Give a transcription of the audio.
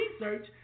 research